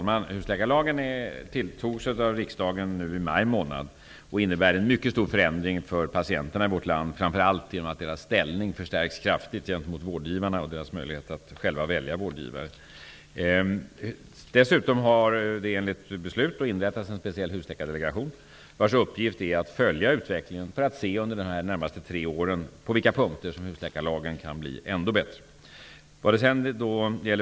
Fru talman! Husläkarlagen antogs av riksdagen i maj månad i år och innebär en mycket stor förändring för patienterna i vårt land, framför allt genom att deras ställning förstärks kraftigt gentemot vårdgivarna och genom deras möjlighet att själva välja vårdgivare. Dessutom har det enligt beslut inrättats en speciell husläkardelegation. Dess uppgift är att följa utvecklingen, för att under de närmaste tre åren komma underfund med hur husläkarlagen kan bli ännu bättre.